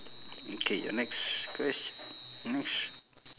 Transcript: okay next quest~ next